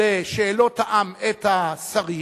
לשאלות העם את השרים.